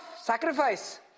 sacrifice